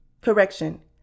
Correction